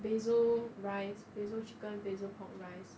basil rice basil chicken basil pork rice